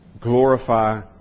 glorify